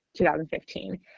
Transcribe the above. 2015